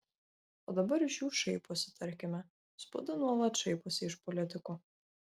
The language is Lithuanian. o dabar iš jų šaiposi tarkime spauda nuolat šaiposi iš politikų